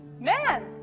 man